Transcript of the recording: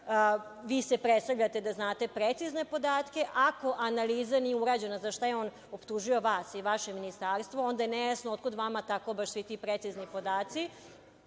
vi se predstavljate da znate precizne podatke. Ako analiza nije urađena, za šta je on optužio vas i vaše ministarstvo, onda je nejasno otkud vama tako baš svi ti precizni podaci.